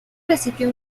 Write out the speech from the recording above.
recibió